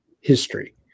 history